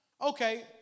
Okay